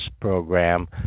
program